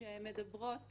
שמדברות